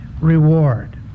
reward